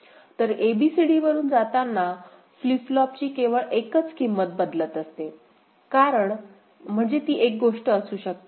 तर a b c d वरुन जाताना फ्लिप फ्लॉपची केवळ एकच किंमत बदलत असते म्हणजे ती एक गोष्ट असू शकते